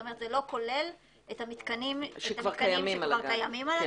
כלומר לא כולל את המתקנים שכבר קיימים על